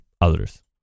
others